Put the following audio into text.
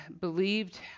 believed